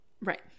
Right